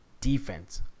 defense